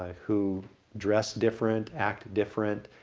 who dress different, act different,